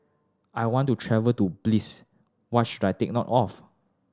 I want to travel to Belize what should I take note of